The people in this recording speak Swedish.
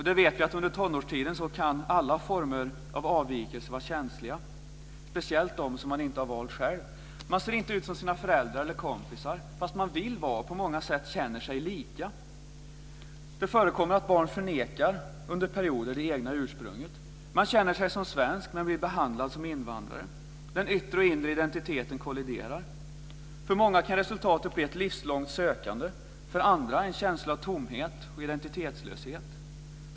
Vi vet att under tonårstiden kan alla former av avvikelser vara känsliga, speciellt de som man inte har valt själv. De ser inte ut som sina föräldrar eller kompisar fast de vill vara och på många sätt känner sig lika. Det förekommer att barn under perioder förnekar det egna ursprunget. De känner sig som svenska men blir behandlade som invandrare. Den yttre och den inre identiteten kolliderar. För många kan resultatet bli ett livslångt sökande, för andra en känsla av tomhet och identitetslöshet.